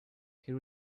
here